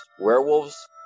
werewolves